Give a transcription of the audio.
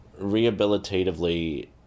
Rehabilitatively